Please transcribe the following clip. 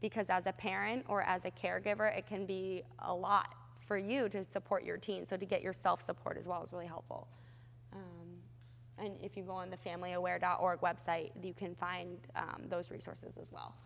because as a parent or as a caregiver it can be a lot for you to support your teen so to get yourself support as well is really helpful and if you go on the family aware dot org website the you can find those resources as well